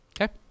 Okay